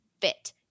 fit